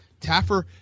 Taffer